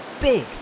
big